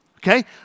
Okay